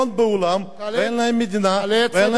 ואין להם מדינה ואין להם שום דבר.